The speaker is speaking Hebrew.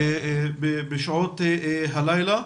בשעות הלילה.